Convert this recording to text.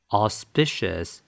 auspicious